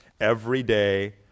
Everyday